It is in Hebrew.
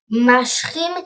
ומתמשכים,